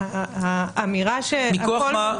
מכוח מה?